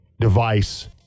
device